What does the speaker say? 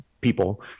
people